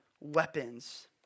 weapons